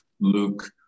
Luke